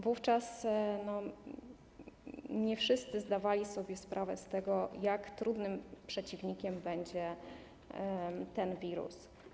Wówczas nie wszyscy zdawali sobie sprawę z tego, jak trudnym przeciwnikiem będzie ten wirus.